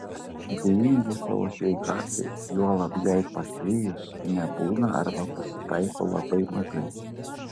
abejingų savo sveikatai juolab jai pašlijus nebūna arba pasitaiko labai mažai